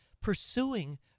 pursuing